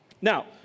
Now